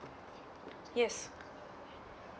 yes